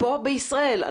כאן בישראל.